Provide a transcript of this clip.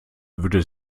würde